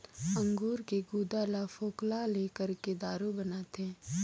अंगूर के गुदा ल फोकला ले करके दारू बनाथे